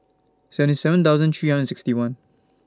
seventy seven thousand three hundred sixty one